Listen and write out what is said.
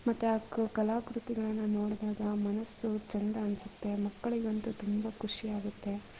ಮತ್ತು ಆ ಕಲಾಕೃತಿಗಳನ್ನು ನೋಡ್ದಾಗ ಮನಸ್ಸು ಚೆಂದ ಅನ್ಸುತ್ತೆ ಮಕ್ಕಳಿಗಂತು ತುಂಬ ಖುಷಿ ಆಗುತ್ತೆ